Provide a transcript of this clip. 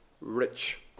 rich